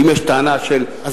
אם יש טענה של מאן דהוא,